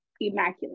immaculate